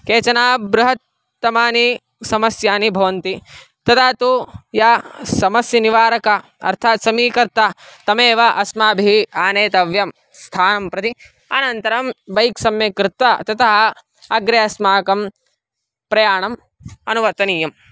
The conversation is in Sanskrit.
केचन बृहत्तमानि समस्यानि भवन्ति तदा तु या समस्यानिवारकः अर्थात् समीकर्ता तमेव अस्माभिः आनेतव्यं स्थानं प्रति अनन्तरं बैक् सम्यक् कृत्वा ततः अग्रे अस्माकं प्रयाणम् अनुवर्तनीयम्